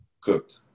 Cooked